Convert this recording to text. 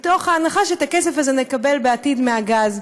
בהנחה שאת הכסף הזה נקבל בעתיד מהגז.